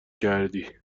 کردی